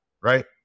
right